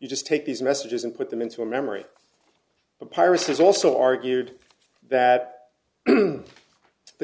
you just take these messages and put them into a memory piracies also argued that the